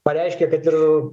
pareiškė kad ir